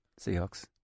Seahawks